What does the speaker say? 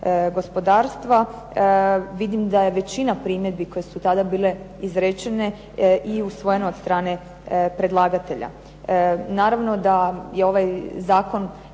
gospodarstva vidim da je većina primjedbi koje su tada bile izrečene i usvojene od strane predlagatelja. Naravno da je ovaj Zakon